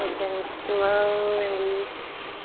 then slow release.